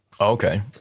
Okay